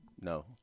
No